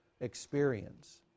experience